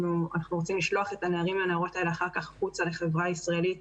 אנחנו רוצים לשלוח את הנערים והנערות האלה החוצה לחברה ישראלית